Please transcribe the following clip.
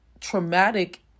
traumatic